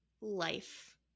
life